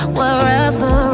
wherever